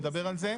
נדבר על זה.